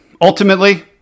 ultimately